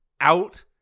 out